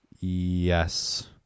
Yes